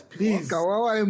Please